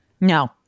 No